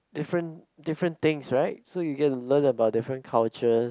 different different thing right so you gonna to learn about different cultures